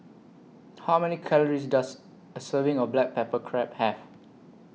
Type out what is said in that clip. How Many Calories Does A Serving of Black Pepper Crab Have